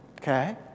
Okay